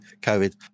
COVID